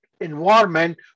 environment